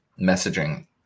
messaging